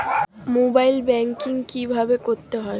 Mobile banking কীভাবে করতে হয়?